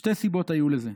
שתי סיבות היו לזה.